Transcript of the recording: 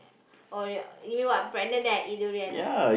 or uh you mean what pregnant then I eat durian ah